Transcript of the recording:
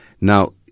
Now